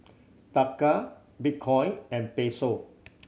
Taka Bitcoin and Peso